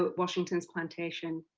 ah washington's plantation.